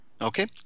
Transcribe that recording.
Okay